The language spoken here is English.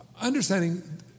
Understanding